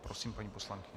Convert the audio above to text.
Prosím, paní poslankyně.